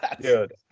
Dude